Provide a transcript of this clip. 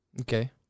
Okay